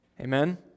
Amen